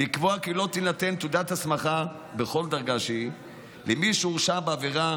מוצע לקבוע כי לא תינתן תעודת הסמכה בכל דרגה שהיא למי שהורשע בעבירה